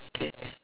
okay